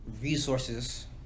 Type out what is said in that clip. resources